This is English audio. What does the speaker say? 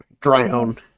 Drown